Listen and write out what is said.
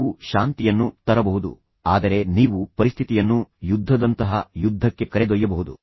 ನೀವು ಶಾಂತಿಯನ್ನು ತರಬಹುದು ಆದರೆ ನೀವು ಪರಿಸ್ಥಿತಿಯನ್ನು ಯುದ್ಧದಂತಹ ಯುದ್ಧಕ್ಕೆ ಕರೆದೊಯ್ಯಬಹುದು